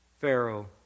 Pharaoh